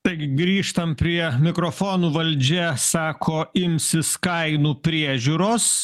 taigi grįžtam prie mikrofonų valdžia sako imsis kainų priežiūros